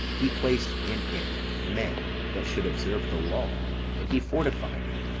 he placed in it men that should observe the law and he fortified it,